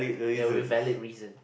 ya with valid reason